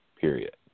Period